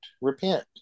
repent